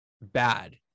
bad